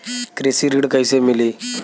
कृषि ऋण कैसे मिली?